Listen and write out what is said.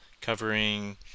covering